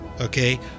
okay